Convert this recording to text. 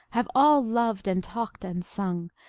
have all loved and talked and sung,